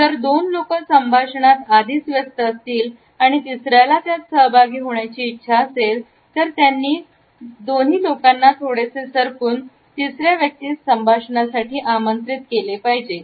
जर दोन लोकं संभाषणात आधीच व्यस्त असतील आणि तिसऱ्याला त्यात सहभागी होण्याची इच्छा असेल तर त्या दोन्ही लोकांनी थोडेसे सर्कुन तिसऱ्या व्यक्तीस संभाषणासाठी आमंत्रित केले पाहिजे